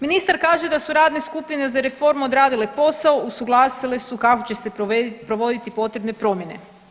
Ministar kaže da su radne skupine za reformu odradile posao, usuglasile su kako će se provoditi potrebne promjene.